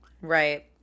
Right